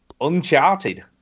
Uncharted